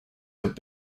have